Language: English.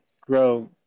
grow